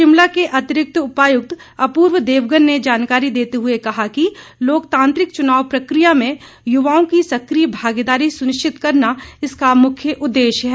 शिमला के अतिरिक्त उपायुक्त अपूर्व देवगन ने जानकारी देते हुए कहा कि लोकतांत्रिक चुनाव प्रकिया में युवाओं की सक्रिय भागीदारी सुनिश्चित करना इसका मुख्य उद्देश्य है